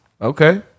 okay